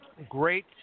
great